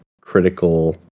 critical